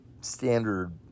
standard